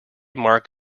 mark